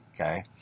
okay